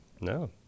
no